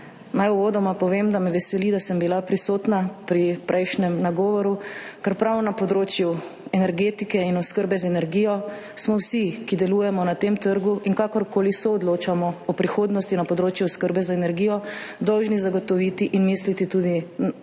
Naj uvodoma povem, da me veseli, da sem bila prisotna pri prejšnjem nagovoru, ker smo prav na področju energetike in oskrbe z energijo vsi, ki delujemo na tem trgu in kakorkoli soodločamo o prihodnosti na področju oskrbe z energijo, dolžni zagotoviti in misliti tudi ne